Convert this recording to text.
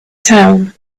town